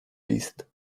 list